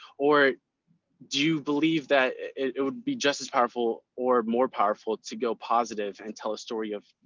or do you believe that it would be just as powerful or more powerful to go positive and tell a story of,